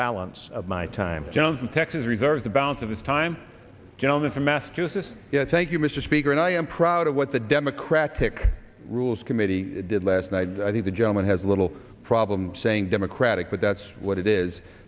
balance of my time john from texas reserves the balance of his time gentleman from massachusetts yes thank you mr speaker and i am proud of what the democratic rules committee did last night and i think the gentleman has a little problem saying democratic but that's what it is